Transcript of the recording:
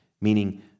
Meaning